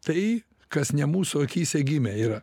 tai kas ne mūsų akyse gimę yra